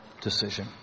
decision